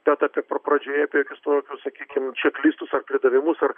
bet apie pradžioje apie jokius tokius sakykim čeklistus ar pridavimus ar